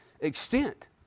extent